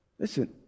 Listen